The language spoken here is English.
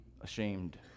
ashamed